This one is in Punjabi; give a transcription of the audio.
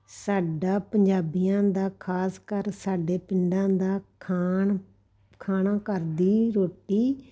ਸਾਡਾ ਪੰਜਾਬੀਆਂ ਦਾ ਖਾਸ ਕਰ ਸਾਡੇ ਪਿੰਡਾਂ ਦਾ ਖਾਣ ਖਾਣਾ ਘਰ ਦੀ ਰੋਟੀ